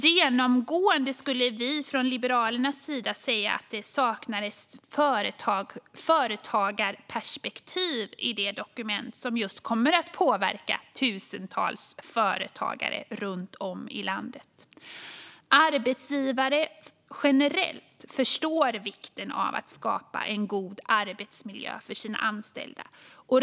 Genomgående skulle vi från Liberalernas sida säga att det saknas ett företagarperspektiv i det dokument som just kommer att påverka tusentals företagare runt om i landet. Arbetsgivare generellt förstår vikten av att skapa en god arbetsmiljö för sina anställda.